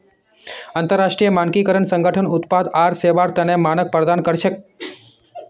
अंतरराष्ट्रीय मानकीकरण संगठन उत्पाद आर सेवार तने मानक प्रदान कर छेक